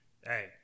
Hey